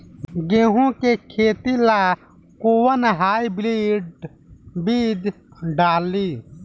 गेहूं के खेती ला कोवन हाइब्रिड बीज डाली?